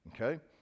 okay